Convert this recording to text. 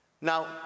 Now